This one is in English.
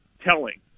telling